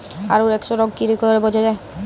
আলুর এক্সরোগ কি করে বোঝা যায়?